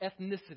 ethnicity